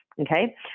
okay